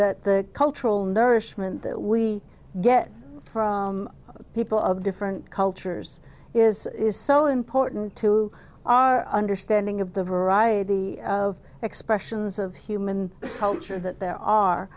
that the cultural nourishment that we get from people of different cultures is is so important to our understanding of the variety of expressions of human culture that there are